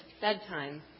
bedtime